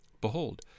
Behold